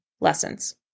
lessons